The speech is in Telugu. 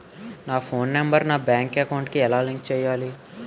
నా ఫోన్ నంబర్ నా బ్యాంక్ అకౌంట్ కి ఎలా లింక్ చేయాలి?